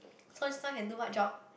so next time can do what job